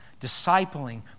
discipling